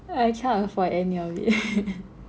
I cannot afford any of it